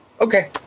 okay